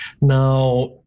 Now